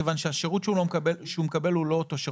כיוון שהשירות שהוא מקבל הוא לא אותו שירות.